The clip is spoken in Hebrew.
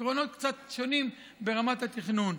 עקרונות קצת שונים ברמת התכנון.